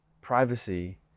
privacy